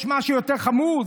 יש משהו יותר חמור,